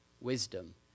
wisdom